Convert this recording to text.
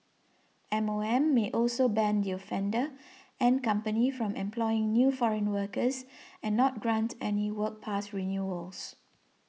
M O M may also ban the offender and company from employing new foreign workers and not grant any work pass renewals